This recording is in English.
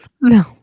No